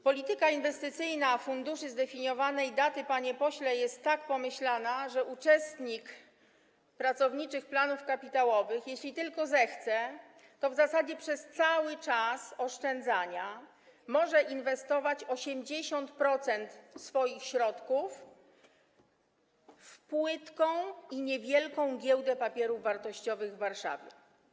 Polityka inwestycyjna funduszy zdefiniowanej daty, panie pośle, jest tak pomyślana, że uczestnik Pracowniczych Planów Kapitałowych, jeśli tylko zechce, to w zasadzie przez cały czas oszczędzania może inwestować 80% swoich środków w płytką i niewielką Giełdę Papierów Wartościowych w Warszawie.